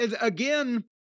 again